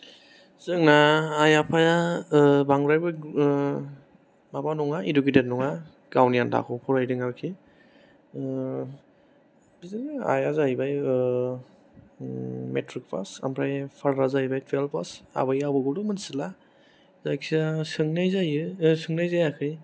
जोंना आइ आफाया बांद्रायबो माबा नङा इडुकेटेट नङा गावनि आनथाखौ फरायदों आरखि बिदिनो आइया जाहैबाय मेट्रिक पास आमफ्राय फादारा जाहैबाय टुयेल्भ पास आबै आबौखौथ' मिथिला जायखिया सोंनाय जायो सोंनाय जायाखै